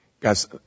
Guys